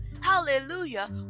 hallelujah